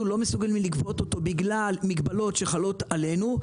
אנחנו לא מסוגלים לגבות אותו בגלל מגבלות שחלות עלינו.